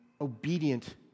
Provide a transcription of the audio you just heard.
obedient